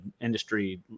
industry